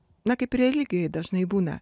na kaip ir religijoj dažnai būna